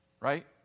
Right